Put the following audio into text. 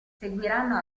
seguiranno